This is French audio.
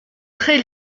très